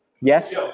yes